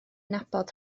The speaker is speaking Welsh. nabod